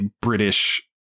British